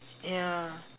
ya